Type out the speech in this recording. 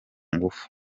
ngufu